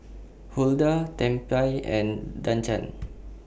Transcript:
Hulda Tempie and Duncan